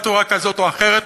בצורה כזאת או אחרת,